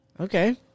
Okay